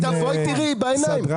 תבואי תראי בעיניים.